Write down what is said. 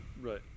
Right